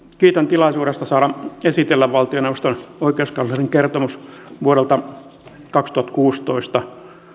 kiitän tilaisuudesta saada esitellä valtioneuvoston oikeuskanslerin kertomus vuodelta kaksituhattakuusitoista